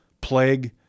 plague